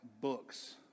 books